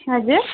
हजुर